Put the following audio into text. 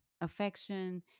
affection